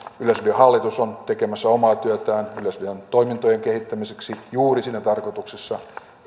yleisradion hallitus on tekemässä omaa työtään yleisradion toimintojen kehittämiseksi juuri siinä tarkoituksessa